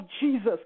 Jesus